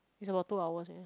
it's about two hours eh